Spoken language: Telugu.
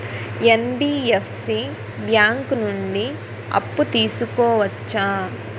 ఎన్.బి.ఎఫ్.సి బ్యాంక్ నుండి అప్పు తీసుకోవచ్చా?